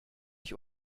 ich